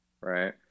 right